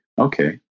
okay